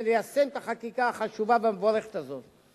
ליישם את החקיקה החשובה והמבורכת הזאת.